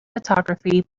photography